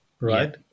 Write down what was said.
right